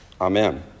Amen